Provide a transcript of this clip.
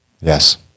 Yes